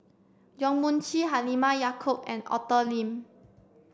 Yong Mun Chee Halimah Yacob and Arthur Lim